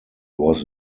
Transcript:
was